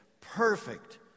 perfect